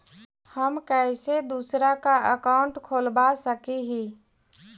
हम कैसे दूसरा का अकाउंट खोलबा सकी ही?